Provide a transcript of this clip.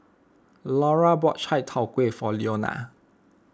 Lura bought Chai Tow Kway for Leona